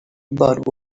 about